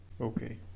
Okay